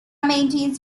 maintains